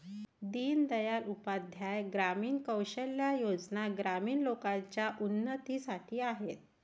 दीन दयाल उपाध्याय ग्रामीण कौशल्या योजना ग्रामीण लोकांच्या उन्नतीसाठी आहेत